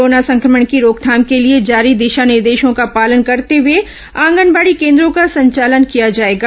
corona संक्रमण की रोकथाम के लिए जारी दिशा निर्देशों का पालन करते हुए आंगनबाड़ी केन्द्रों का संचालन किया जाएगा